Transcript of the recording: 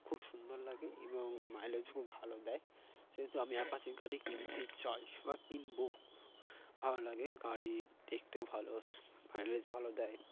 খুব সুন্দর লাগে এবং মাইলেজ খুব ভালো দেয় সেহেতু আমি অ্যাপাচি গাড়ি কিনতে চাই বা কিনব ভালো লাগে গাড়ি দেখতেও ভালো মাইলেজ ভালো দেয়